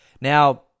now